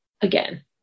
again